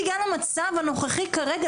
בגלל המצב הנוכחי כרגע,